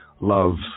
love